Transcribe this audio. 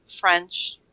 French